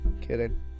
kidding